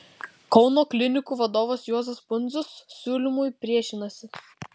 kauno klinikų vadovas juozas pundzius siūlymui priešinasi